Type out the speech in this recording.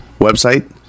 website